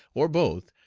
or both,